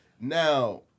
Now